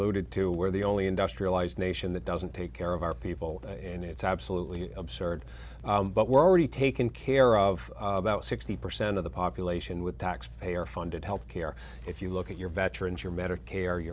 alluded to where the only industrialized nation that doesn't take care of our people and it's absolutely absurd but we're already taken care of about sixty percent of the population with taxpayer funded health care if you look at your veterans your medicare